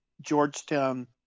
Georgetown